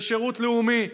ושירות לאומי,